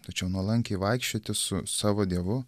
tačiau nuolankiai vaikščioti su savo dievu